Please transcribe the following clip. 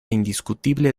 indiscutible